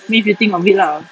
I mean if you think of it lah